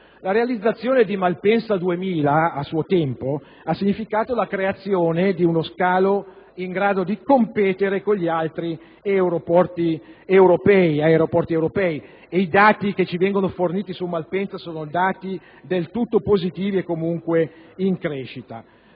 La realizzazione di Malpensa 2000 ha significato a suo tempo la creazione di uno scalo in grado di competere con gli altri aeroporti europei. I dati che ci vengono forniti su Malpensa sono del tutto positivi e in crescita.